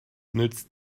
nützt